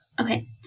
okay